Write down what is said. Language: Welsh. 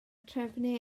trefnu